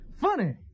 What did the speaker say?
Funny